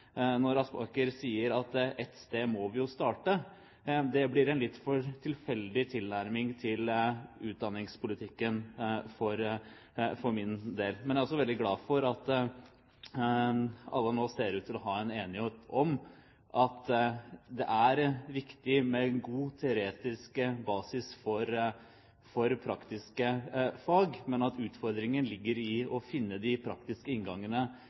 når Aspaker sier at et sted må vi jo starte. Det blir en litt for tilfeldig tilnærming til utdanningspolitikken for min del. Men jeg er også veldig glad for at alle nå ser ut til å ha en enighet om at det er viktig med god teoretisk basis for praktiske fag, men at utfordringen ligger i å finne de praktiske inngangene